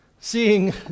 seeing